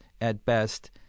at-best